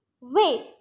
Wait